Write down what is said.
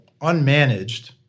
unmanaged